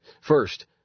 First